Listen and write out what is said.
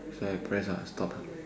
so I press ah stop